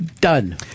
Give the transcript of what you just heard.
done